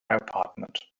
apartment